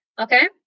okay